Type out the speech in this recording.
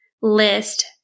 list